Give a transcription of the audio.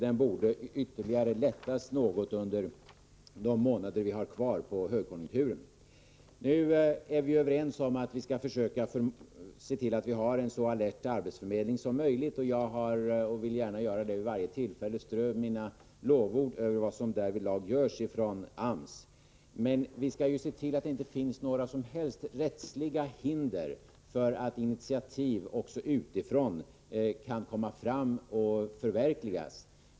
Den borde lättas ytterligare något under de månader vi har kvar av högkonjunkturen. Vi är överens om att se till att vi har en så alert arbetsförmedling som möjligt. Jag har — och jag vill gärna göra det vid varje tillfälle jag får — strött mina lovord över vad som därvidlag görs av AMS. Vi skall emellertid se till att det inte finns några som helst rättsliga hinder för att initiativ också utifrån skall kunna komma fram och förverkligas.